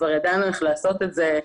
כבר ידענו איך לעשות את זה,